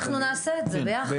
אנחנו נעשה את זה יחד.